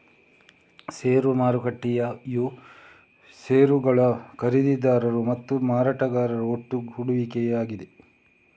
ಷೇರು ಮಾರುಕಟ್ಟೆಯು ಷೇರುಗಳ ಖರೀದಿದಾರರು ಮತ್ತು ಮಾರಾಟಗಾರರ ಒಟ್ಟುಗೂಡುವಿಕೆಯಾಗಿದೆ